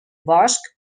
bosc